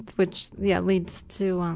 which, yeah, leads to,